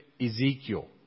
Ezekiel